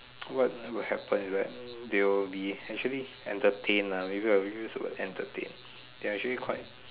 what will happen right they will be actually entertain ah maybe they'll entertain they actually quite